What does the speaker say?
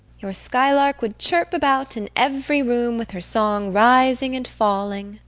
your skylark would chirp about in every room, with her song rising and falling